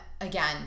Again